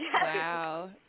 wow